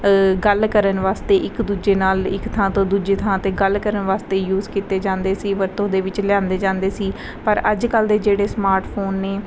ਗੱਲ ਕਰਨ ਵਾਸਤੇ ਇੱਕ ਦੂਜੇ ਨਾਲ ਇੱਕ ਥਾਂ ਤੋਂ ਦੂਜੀ ਥਾਂ 'ਤੇ ਗੱਲ ਕਰਨ ਵਾਸਤੇ ਯੂਜ਼ ਕੀਤੇ ਜਾਂਦੇ ਸੀ ਵਰਤੋਂ ਦੇ ਵਿੱਚ ਲਿਆਉਂਦੇ ਜਾਂਦੇ ਸੀ ਪਰ ਅੱਜ ਕੱਲ੍ਹ ਦੇ ਜਿਹੜੇ ਸਮਾਰਟ ਫੋਨ ਨੇ